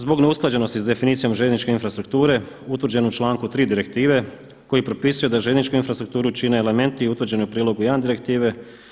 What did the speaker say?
Zbog neusklađenosti s definicijom željezničke infrastrukture utvrđenu u članku 3. direktive koji propisuje da željezničku infrastrukturu čine elementi i utvrđeni u prilogu 1. direktive.